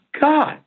God